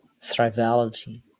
thrivality